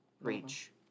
Reach